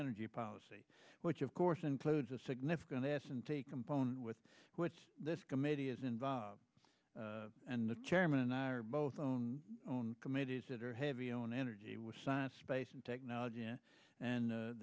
energy policy which of course includes a significant ass and take component with which this committee is involved and the chairman and i are both known on committees that are heavy own energy with science space and technology and the